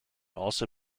also